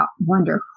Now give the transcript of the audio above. wonder